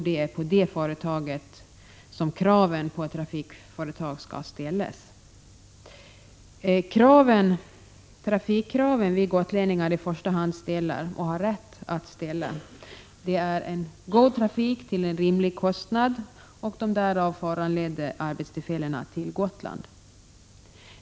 Det är på 20 maj 1987 det företaget som kraven skall ställas. De trafikkrav som vi gotlänningar i första hand ställer och har rätt att ställa är en god trafik till rimlig kostnad och de därav föranledda arbetstillfällena till Gotland.